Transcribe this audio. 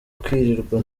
kwirirwa